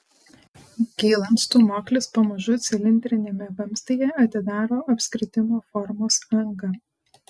kylant stūmoklis pamažu cilindriniame vamzdyje atidaro apskritimo formos angą